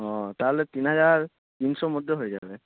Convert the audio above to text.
ও তাহলে তিন হাজার তিনশোর মধ্যে হয়ে যাবে